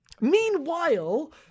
Meanwhile